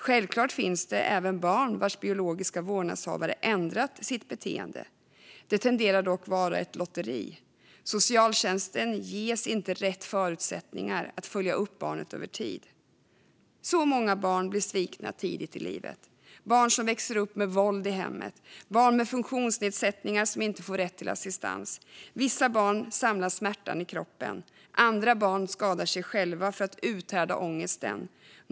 Självklart finns det även barn vars biologiska vårdnadshavare ändrat sitt beteende. Det tenderar dock att vara ett lotteri. Socialtjänsten ges inte rätt förutsättningar att följa upp barnet över tid. Många barn blir svikna tidigt i livet, till exempel barn som växer upp med våld i hemmet och barn med funktionsnedsättningar som inte får rätt till assistans. Vissa barn samlar smärtan i kroppen. Andra barn skadar sig själva för att uthärda ångesten.